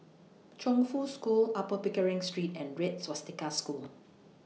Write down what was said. Chongfu School Upper Pickering Street and Red Swastika School